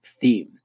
theme